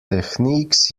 techniques